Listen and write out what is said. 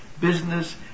business